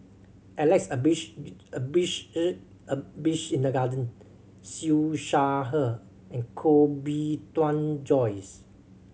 Alex Abisheganaden Siew Shaw Her and Koh Bee Tuan Joyce